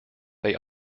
they